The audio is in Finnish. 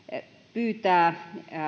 pyytää